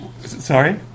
sorry